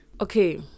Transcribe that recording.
Okay